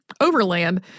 overland